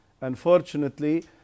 unfortunately